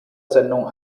sendung